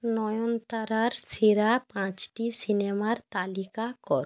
নয়নতারার সেরা পাঁচটি সিনেমার তালিকা কর